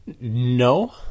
no